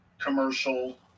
commercial